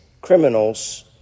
criminals